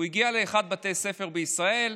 הוא הגיע לאחד מבתי הספר בישראל,